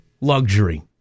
luxury